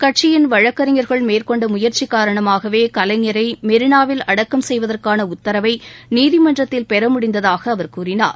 கட்சியின் வழக்கறிஞர்கள் மேற்கொண்ட முயற்சி காரணமாகவே கலைஞரை மெரினாவில் அடக்கம் செய்வதற்கான உத்தரவை நீதிமன்றத்தில் பெற முடிந்ததாக அவர் கூறினார்